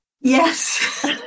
Yes